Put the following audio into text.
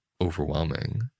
overwhelming